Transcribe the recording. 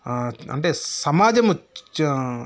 అంటే సమాజము